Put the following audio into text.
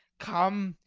come,